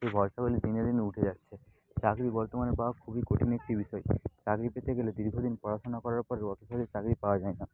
সেই ভরসাগুলি দিনে দিনে উঠে যাচ্ছে চাকরি বর্তমানে পাওয়া খুবই কঠিন একটি বিষয় চাকরি পেতে গেলে দীর্ঘদিন পড়াশোনা করার পরেও অত সহজে চাকরি পাওয়া যায় না